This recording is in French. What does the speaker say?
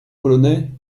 polonais